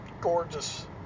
gorgeous